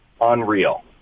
unreal